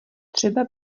třeba